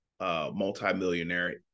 multimillionaire